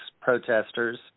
protesters